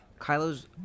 Kylo's